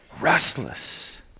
restless